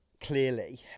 clearly